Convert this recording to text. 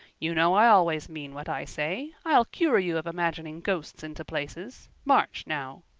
you know i always mean what i say. i'll cure you of imagining ghosts into places. march, now.